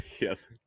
yes